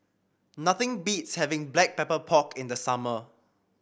nothing beats having Black Pepper Pork in the summer